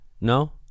No